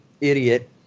idiot